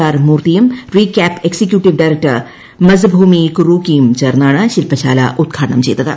R മൂർത്തിയും ReCAAP executive director Masafumi കുറോക്കിയും ചേർന്നാണ് ശിൽപ്പശാല ഉദ്ഘാടനം ചെയ്തത്